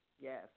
Yes